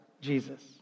Jesus